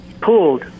pulled